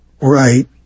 right